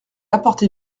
apporter